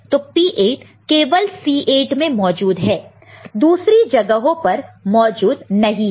तो P8 केवल C8 में मौजूद है दूसरी जगहों पर मौजूद नहीं है